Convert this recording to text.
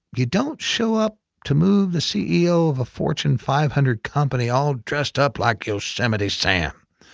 you don't show up to move the ceo of a fortune five hundred company, all dressed up like yosemite sam.